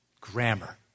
Grammar